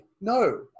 no